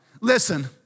Listen